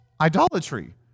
idolatry